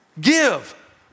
give